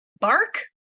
bark